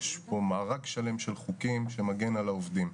יש פה מארג שלם של חוקים שמגן על העובדים.